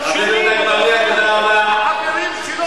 החברים שלו,